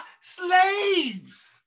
slaves